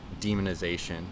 demonization